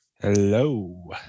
Hello